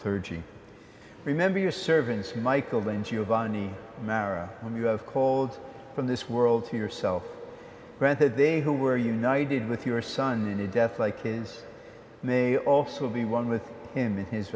thirty remember your servants michael when giovanni mera when you have called from this world to yourself granted they who were united with your son in a death like his may also be one with him in his